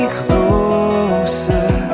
closer